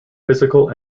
physical